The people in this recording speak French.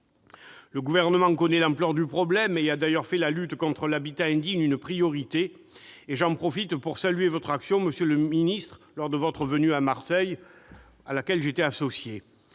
Le Gouvernement connaît l'ampleur du problème et a d'ailleurs fait de la lutte contre l'habitat indigne une priorité ; j'en profite pour saluer, monsieur le ministre, votre action lors de votre venue à Marseille, à laquelle j'étais associé.